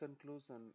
conclusion